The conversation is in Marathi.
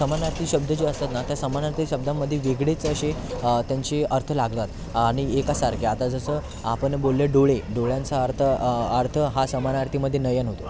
समानार्थी शब्द जे असतात ना त्या समानार्थी शब्दामध्ये वेगळेच असे त्यांचे अर्थ लागतात आणि एकासारखे आता जसं आपण बोलले डोळे डोळ्यांचा अर्थ अर्थ हा समानार्थीमध्ये नयन होतो